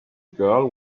girl